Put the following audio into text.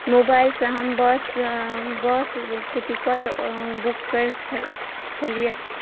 मोबाइलसँ हम बस बसके टिकट बुक करय छलियै